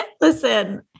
listen